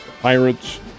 Pirates